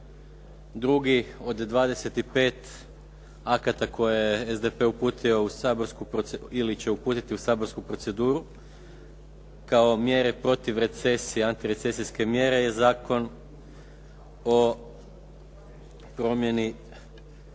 drugi od 25 akata koje je SDP uputio ili će uputiti u saborsku proceduru kao mjere protiv recesije, antirecesijske mjere je Zakon o promjeni